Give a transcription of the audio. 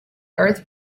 earth